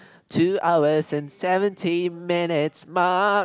two hours and seventeen minutes mark